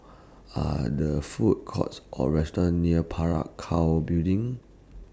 Are The Food Courts Or restaurants near Parakou Building